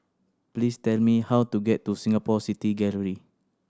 please tell me how to get to Singapore City Gallery